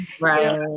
Right